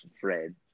Fred